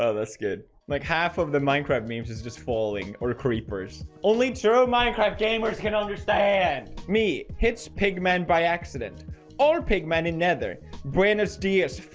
ah that's good, like half of the minecraft memes is just falling or a creepers only true minecraft gamers can understand me hits pigman by accident all pigman in nether buenas dias